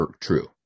true